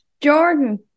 Jordan